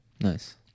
Nice